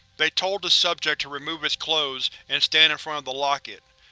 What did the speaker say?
they told the subject to remove its clothes and stand in front of the locket.